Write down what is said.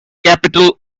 capitol